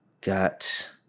Got